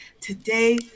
today